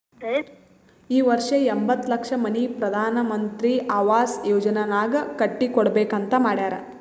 ಈ ವರ್ಷ ಎಂಬತ್ತ್ ಲಕ್ಷ ಮನಿ ಪ್ರಧಾನ್ ಮಂತ್ರಿ ಅವಾಸ್ ಯೋಜನಾನಾಗ್ ಕಟ್ಟಿ ಕೊಡ್ಬೇಕ ಅಂತ್ ಮಾಡ್ಯಾರ್